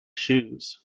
shoes